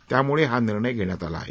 त्याम्ळे हा निर्णय घेण्यात आला आहे